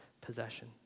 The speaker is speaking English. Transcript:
possession